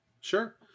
Sure